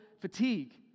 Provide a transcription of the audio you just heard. fatigue